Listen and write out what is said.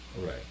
Right